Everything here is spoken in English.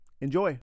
Enjoy